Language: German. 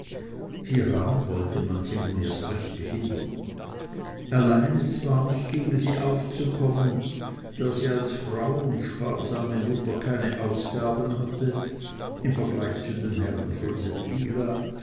hieran wollte man sie nun erst recht behindern allein es war nicht gegen sie aufzukommen da sie als frau und sparsame mutter keine ausgaben hatte im vergleich zu den herren von